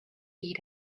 eat